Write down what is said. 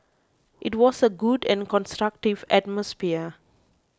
it was a good and constructive atmosphere